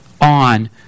on